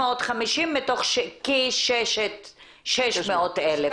מתוך 600 אלף.